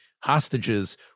Hostages